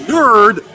Nerd